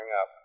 up